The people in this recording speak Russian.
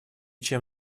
чем